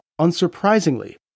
unsurprisingly